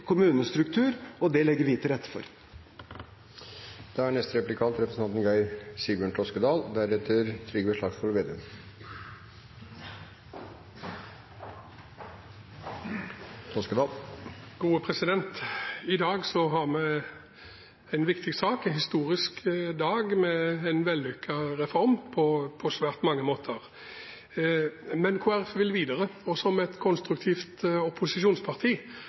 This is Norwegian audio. kommunestruktur, og det legger vi til rette for. I dag har vi en viktig sak, det er en historisk dag med en vellykket reform på svært mange måter. Men Kristelig Folkeparti vil videre, og som et konstruktivt opposisjonsparti